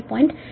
06